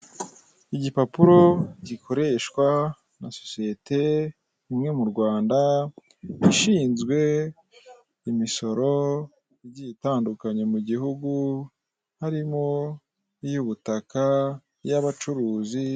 Igipapuro gikoreshwa na sosiyete imwe mu rwanda ishinzwe imisoro igiye itandukanye mu gihugu harimo n'iy'ubutaka, iy'abacuruzi.